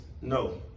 No